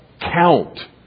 count